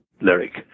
lyric